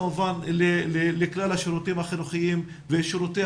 כמובן לכלל השירותים החינוכיים ושירותי